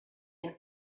and